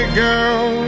girl